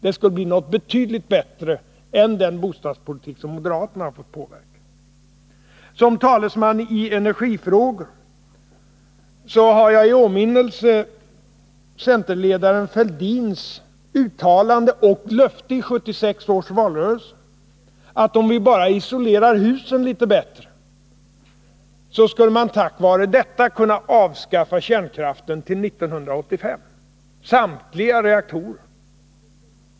Det skulle bli något betydligt bättre än den bostadspolitik som moderaterna har fått påverka. Som talesman i energifrågor har jag i åminnelse centerledaren Thorbjörn Fälldins uttalande och löfte i 1976 års valrörelse, att om man bara isolerade husen litet bättre skulle man tack vare detta kunna avskaffa kärnkraften till 1985-samtliga reaktorer!